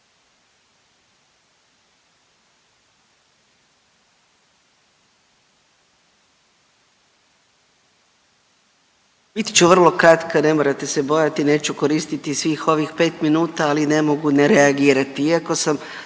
Biti ću vrlo kratka. Ne morate se bojati neću koristiti svih ovih 5 minuta, ali ne mogu ne reagirati